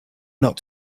not